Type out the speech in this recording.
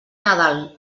nadal